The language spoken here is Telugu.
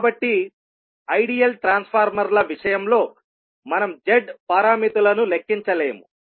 కాబట్టి ఐడియల్ ట్రాన్స్ఫార్మర్ల విషయంలో మనం Z పారామితులను లెక్కించలేము